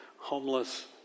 homeless